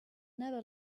never